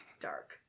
dark